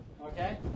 okay